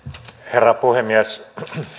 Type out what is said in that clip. herra puhemies